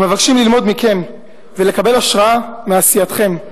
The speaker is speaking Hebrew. ומבקשים ללמוד מכם ולקבל השראה מעשייתכם.